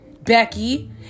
becky